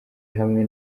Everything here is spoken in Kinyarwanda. hamwe